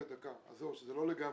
זה לא לגמרי.